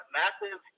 massive